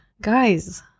Guys